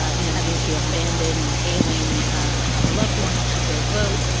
you know, having to abandon ailing loved ones to go vote.